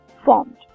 formed